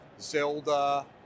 Zelda